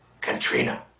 Katrina